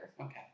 Okay